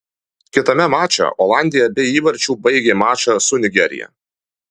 kitame mače olandija be įvarčių baigė mačą su nigerija